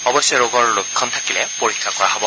অৱশ্যে ৰোগৰ লক্ষণ থাকিলে পৰীক্ষা কৰা হ'ব